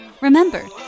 Remember